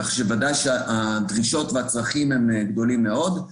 כך שבוודאי שהדרישות והצרכים הם גדולים מאוד.